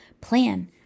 Plan